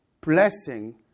blessing